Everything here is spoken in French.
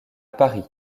paris